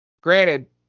Granted